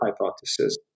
hypothesis